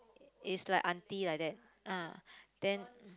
is like auntie like that ah then